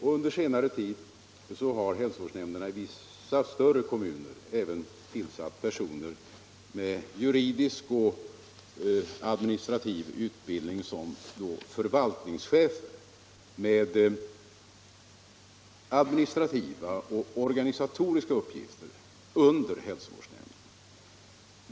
Under senare tid har hälsovårdsnämnderna i vissa större kommuner även tillsatt personer med juridisk och administrativ utbildning som förvaltningschefer med administrativa och organisatoriska uppgifter under hälsovårdsnämnderna.